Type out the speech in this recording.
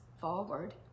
forward